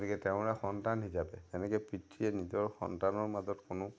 গতিকে তেওঁৰে সন্তান হিচাপে যেনেকৈ পিতৃয়ে নিজৰ সন্তানৰ মাজত কোনো